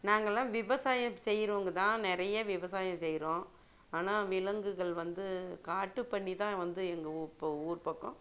நாங்கள்லாம் விவசாயம் செய்றவங்க தான் நிறைய விவசாயம் செய்கிறோம் ஆனால் விலங்குகள் வந்து காட்டு பன்னி தான் வந்து எங்கள் இப்போ ஊர் பக்கம்